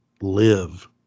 live